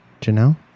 Janelle